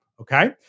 okay